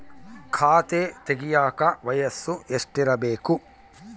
ಖಾತೆ ತೆಗೆಯಕ ವಯಸ್ಸು ಎಷ್ಟಿರಬೇಕು?